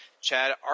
Chad